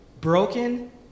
broken